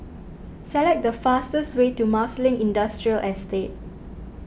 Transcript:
select the fastest way to Marsiling Industrial Estate